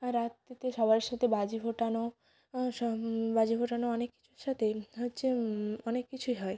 রাত্রিতে সবার সাথে বাজি ফোটানো বাজি ফোটানো অনেক কিছুর সাথে হচ্ছে অনেক কিছুই হয়